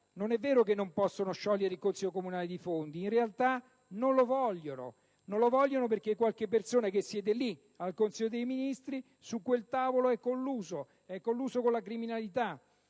non è vero che non possono sciogliere il Consiglio comunale di Fondi: in realtà non lo vogliono sciogliere perché qualcuno che siede lì, al Consiglio dei ministri, su quel tavolo, è colluso con la criminalità.